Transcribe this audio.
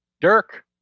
Dirk